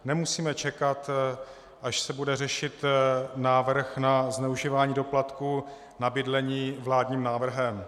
Nemusíme čekat, až se bude řešit návrh na zneužívání doplatku na bydlení vládním návrhem.